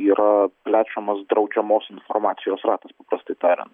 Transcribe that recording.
yra plečiamas draudžiamos informacijos ratas prastai tariant